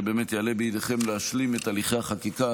שיעלה בידכם להשלים את הליכי החקיקה.